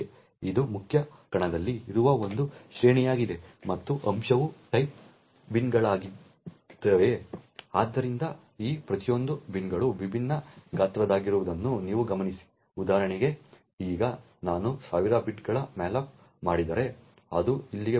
ಇದು ಮುಖ್ಯ ಕಣದಲ್ಲಿ ಇರುವ ಒಂದು ಶ್ರೇಣಿಯಾಗಿದೆ ಮತ್ತು ಅಂಶವು ಟೈಪ್ ಬಿನ್ಗಳದ್ದಾಗಿದೆ ಆದ್ದರಿಂದ ಈ ಪ್ರತಿಯೊಂದು ಬಿನ್ಗಳು ವಿಭಿನ್ನ ಗಾತ್ರದ್ದಾಗಿರುವುದನ್ನು ನೀವು ಗಮನಿಸಿ ಉದಾಹರಣೆಗೆ ಈಗ ನಾನು 1000 ಬೈಟ್ಗಳ ಮ್ಯಾಲೋಕ್ ಮಾಡಿದರೆ ಅದು ಇಲ್ಲಿಗೆ ಬರುತ್ತದೆ